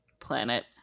planet